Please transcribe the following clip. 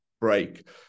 break